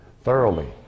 thoroughly